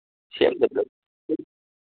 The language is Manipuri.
ꯁꯦꯝꯕꯗ ꯂꯣꯏ